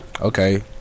Okay